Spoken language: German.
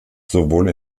sowohl